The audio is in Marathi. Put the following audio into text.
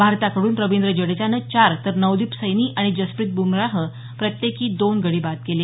भारताकडून रविंद्र जडेजानं चार तर नवदीप सैनी आणि जसप्रीत ब्मराहनं प्रत्येकी दोन गडी बाद केले